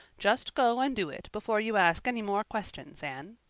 just go and do it before you ask any more questions, anne.